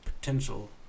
potential